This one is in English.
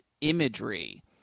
imagery